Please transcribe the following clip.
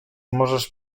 możesz